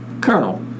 Colonel